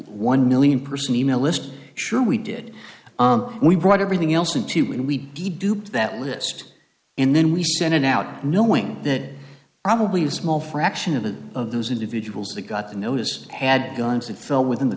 one million person e mail list sure we did and we brought everything else into when we d dupe that list and then we sent it out knowing that probably a small fraction of it of those individuals that got the notice had guns that fell within the